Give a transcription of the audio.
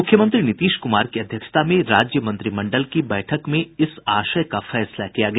मुख्यमंत्री नीतीश कुमार की अध्यक्षता में राज्य मंत्रिमंडल की बैठक में इस आशय का फैसला किया गया